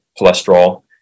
cholesterol